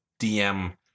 DM